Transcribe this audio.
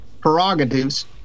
prerogatives